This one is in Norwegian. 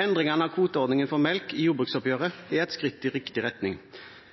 Endringene i kvoteordningen for melk i jordbruksoppgjøret er et skritt i riktig retning.